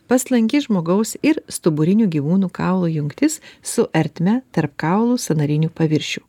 paslanki žmogaus ir stuburinių gyvūnų kaulų jungtis su ertme tarp kaulų sąnarinių paviršių